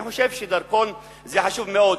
אני חושב שהדרכון חשוב מאוד.